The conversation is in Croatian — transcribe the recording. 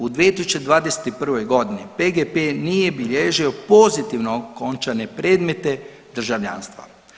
U 2021.g. PGP nije bilježio pozitivno okončane predmete državljanstva.